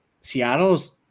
seattle's